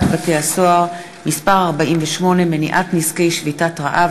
בתי-הסוהר (מס' 48) (מניעת נזקי שביתת רעב),